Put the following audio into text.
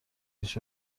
هیچ